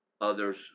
others